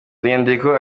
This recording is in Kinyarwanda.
nyandiko